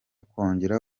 kongera